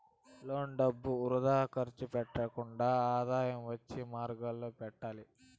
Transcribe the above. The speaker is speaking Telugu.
లోన్ డబ్బులు వృథా ఖర్చు పెట్టకుండా ఆదాయం వచ్చే మార్గాలలో పెట్టాలి